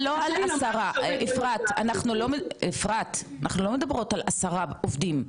אנחנו לא מדברות על 10 עובדים,